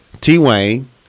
T-Wayne